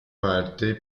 parte